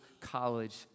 college